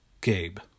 Gabe